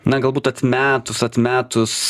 na galbūt atmetus atmetus